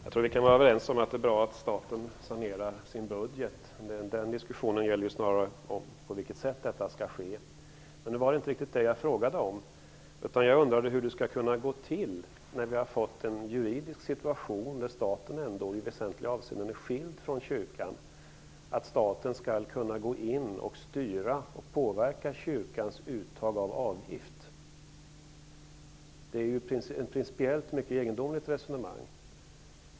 Herr talman! Jag tror att vi kan vara överens om att det är bra att staten sanerar sin budget, men den diskussionen gäller snarare på vilket sätt detta skall ske. Nu var det inte riktigt det jag frågade om, utan jag undrade hur det skall gå till, när vi har fått en juridisk situation där staten i väsentliga avseenden är skild från kyrkan, att staten skall kunna gå in och styra och påverka kyrkans uttag av avgift. Det är ett principiellt mycket egendomligt resonemang.